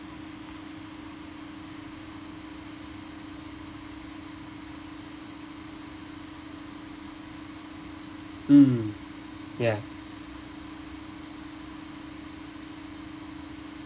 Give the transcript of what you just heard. mm ya